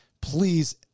please